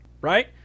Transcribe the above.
Right